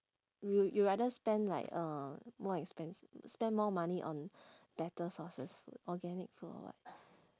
you you'll rather spend like uh more expens~ spend more money on better sources food organic food or what